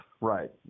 Right